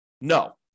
No